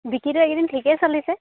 বিক্ৰীটো এইকেইদিন ঠিকেই চলিছে